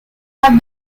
have